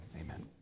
amen